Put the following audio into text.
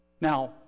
Now